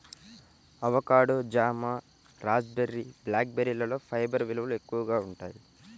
avocado, జామ, raspberry, black బెర్రీలలో fibre విలువలు ఎక్కువగా ఉంటాయి